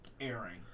airing